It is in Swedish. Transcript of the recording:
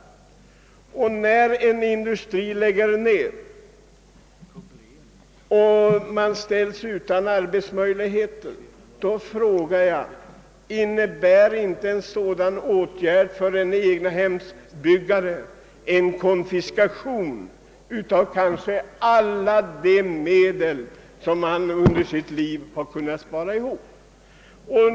När en industri lägger ned verksamheten och folk ställs utan arbetsmöjligheter, innebär inte det för en egnahemsägare en konfiskation av kanske alla de medel som han under sitt liv kunnat spara ihop?